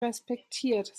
respektiert